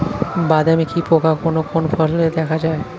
বাদামি কি পোকা কোন কোন ফলে দেখা যায়?